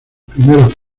primeros